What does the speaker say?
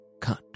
cut